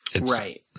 Right